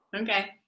Okay